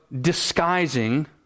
disguising